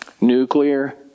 Nuclear